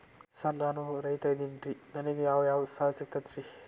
Sir ನಾನು ರೈತ ಅದೆನ್ರಿ ನನಗ ಯಾವ್ ಯಾವ್ ಸಾಲಾ ಸಿಗ್ತೈತ್ರಿ?